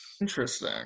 Interesting